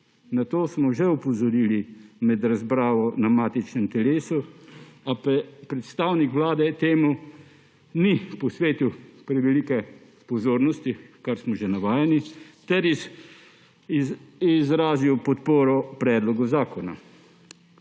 Na to smo že opozorili med razpravo na matičnem delovnem telesu, a predstavnik Vlade temu ni posvetil prevelike pozornosti, česar smo že navajeni, ter je izrazil podporo predlogu zakona.